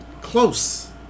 Close